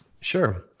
Sure